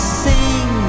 sing